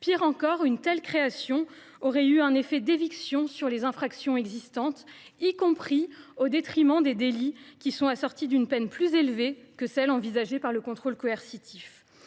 Pis encore, une telle création aurait produit un effet d’éviction pour les infractions existantes, y compris pour des délits assortis d’une peine plus élevée que celle qui est envisagée pour le contrôle coercitif.